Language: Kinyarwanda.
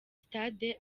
stade